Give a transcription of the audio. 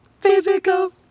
physical